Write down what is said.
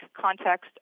context